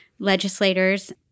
legislators